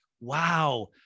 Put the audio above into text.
wow